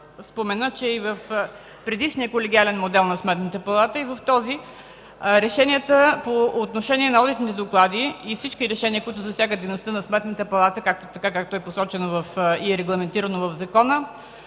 спомена, че в предишния колегиален модел на Сметната палата, а и в този, решенията по отношение на одитните доклади и всички решения, които засягат дейността на Сметната палата, както е посочено и регламентирано в закона,